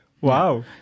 Wow